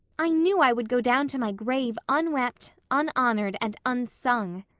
i knew i would go down to my grave unwept, unhonored and unsung.